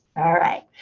alright.